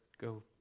go